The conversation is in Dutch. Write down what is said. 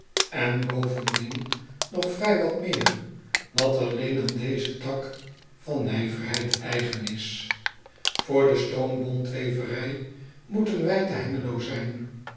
en bovendien nog vrij wat meer wat alleen aan dezen tak van nijverheid eigen is oor de stoom bontweverij moeten wij te engelo zijn